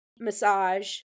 massage